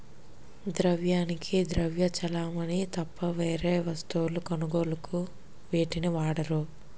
ద్రవ్యానికి ద్రవ్య చలామణి తప్ప వేరే వస్తువుల కొనుగోలుకు వీటిని వాడరు